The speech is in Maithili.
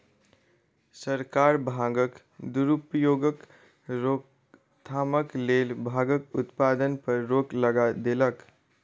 सरकार भांगक दुरुपयोगक रोकथामक लेल भांगक उत्पादन पर रोक लगा देलक